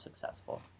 successful